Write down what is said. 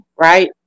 Right